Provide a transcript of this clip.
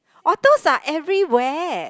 otters are everywhere